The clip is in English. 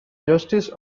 justice